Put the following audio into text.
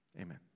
amen